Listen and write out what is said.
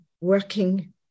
working